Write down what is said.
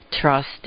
trust